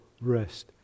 rest